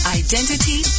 identity